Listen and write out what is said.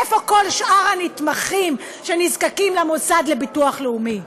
איפה כל שאר הנתמכים שנזקקים למוסד לביטוח לאומי?